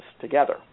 together